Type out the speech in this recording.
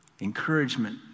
encouragement